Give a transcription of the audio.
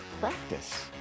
practice